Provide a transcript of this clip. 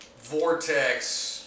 vortex